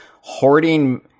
hoarding